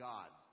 God